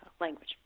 language